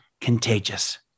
contagious